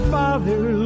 father